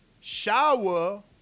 shower